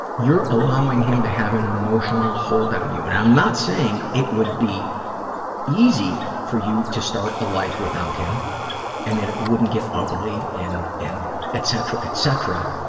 you're allowing him to have an emotional hold on you. and i'm not saying it would be easy for you to start a life without him and that it wouldn't get ugly and and etc, etc,